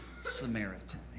Samaritan